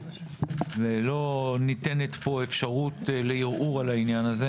ולא ניתנת פה אפשרות לערעור על העניין הזה